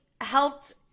helped